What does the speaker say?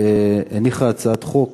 הניחה הצעת חוק